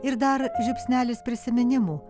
ir dar žiupsnelis prisiminimų